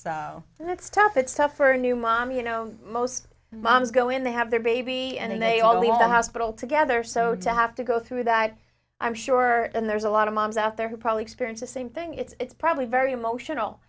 that's tough it's tough for a new mom you know most moms go in they have their baby and they all leave the hospital together so to have to go through that i'm sure and there's a lot of moms out there who probably experience the same thing it's probably very emotional